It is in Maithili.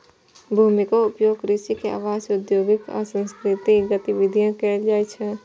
भूमिक उपयोग कृषि, आवास, औद्योगिक आ सांस्कृतिक गतिविधि लेल कैल जाइ छै